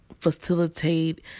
Facilitate